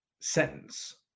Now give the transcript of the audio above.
sentence